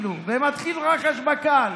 ומתחיל רחש בקהל: